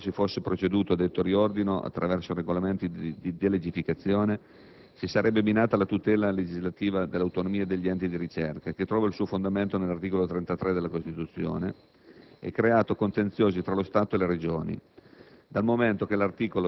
Inogni caso, qualora si fosse proceduto a detto riordino attraverso regolamenti di delegificazione, si sarebbe minata la tutela legislativa dell'autonomia degli enti di ricerca che trova il suo fondamento nell'articolo 33 della Costituzione e creato contenziosi tra lo Stato e le Regioni,